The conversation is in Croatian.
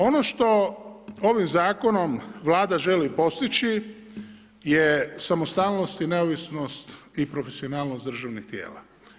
Ono što ovim Zakonom Vlada želi postići je samostalnost i neovisnost i profesionalnost državnih tijela.